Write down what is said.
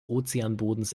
ozeanbodens